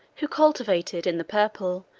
who cultivated, in the purple,